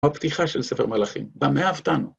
‫הפתיחה של ספר מלכים, במה אהבתנו.